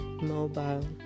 mobile